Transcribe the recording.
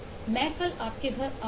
मैं कल आपके घर जाऊंगा